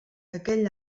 aquell